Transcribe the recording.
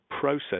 process